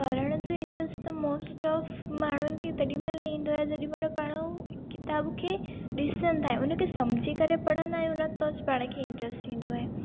पढ़ण जो इंट्र्स्ट त मोस्ट ऑफ माण्हुनि खे तेॾी महिल ईंदो आहे जेॾी महिल पाण हू किताब खे ॾिसंदा आहे उन खे सम्झी करे पढ़ंदा आहियूं न त पाण खे इंट्र्स्ट ईंदो आहे